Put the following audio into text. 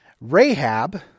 Rahab